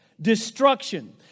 Destruction